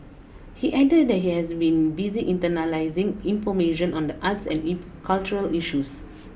he added that he has been busy internalising information on the arts and in cultural issues